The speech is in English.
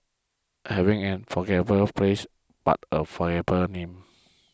having an unforgettable face but a forgettable name